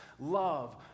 love